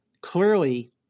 clearly